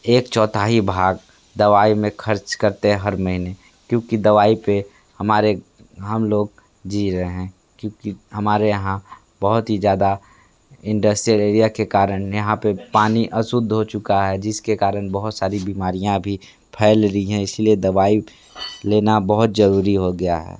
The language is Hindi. एक चौथाई भाग दवाई में खर्च करते हैं हर महीने क्योंकि दवाई पे हमारे हम लोग जी रहे हैं क्यूोंकि हमारे यहाँ बहुत ही ज़्यादा इंडस्ट्रियल एरिया के कारण यहाँ पे पानी अशुद्ध हो चुका है जिसके कारण बहुत सारी बीमारियाँ अभी फैल रही हैं इसीलिए दवाई लेना बहुत ज़रूरी हो गया है